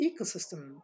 ecosystem